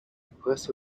press